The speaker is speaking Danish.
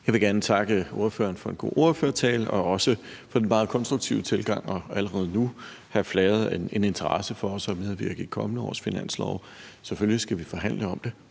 Jeg vil gerne takke ordføreren for en god ordførertale og også for den meget konstruktive tilgang og for allerede nu at have flaget en interesse for også at medvirke i kommende års finanslove. Selvfølgelig skal vi forhandle om det.